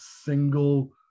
single